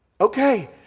okay